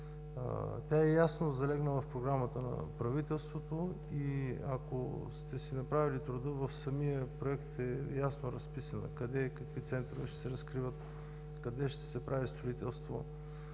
тя е ясно залегнала в Програмата на правителството и, ако сте си направили труда, в самия проект тя е ясно разписана – къде и какви центрове ще се разкриват, къде ще се прави строителство,